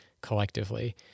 collectively